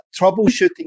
troubleshooting